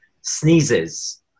sneezes